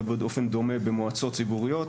ובאופן דומה במועצות ציבוריות.